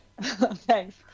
Thanks